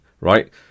right